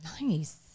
Nice